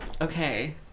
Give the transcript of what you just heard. okay